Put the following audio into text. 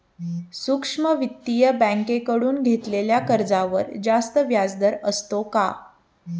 सूक्ष्म वित्तीय बँकेकडून घेतलेल्या कर्जावर जास्त व्याजदर असतो का?